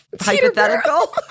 hypothetical